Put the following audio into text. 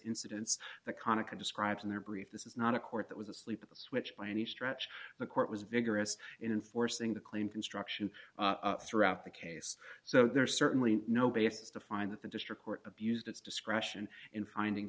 incidents the konica described in their brief this is not a court that was asleep at the switch by any stretch the court was vigorous in forcing the claim construction throughout the case so there's certainly no basis to find that the district court of used its discretion in finding